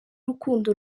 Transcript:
urukundo